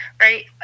right